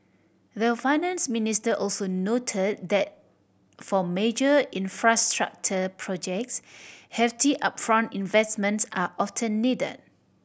the Finance Minister also noted that for major infrastructure projects hefty upfront investments are often needed